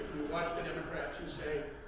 watch the democrats, you say,